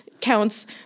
counts